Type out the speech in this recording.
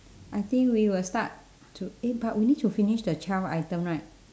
I think we will start to eh but we need to finish the twelfth item right